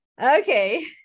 Okay